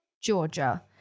Georgia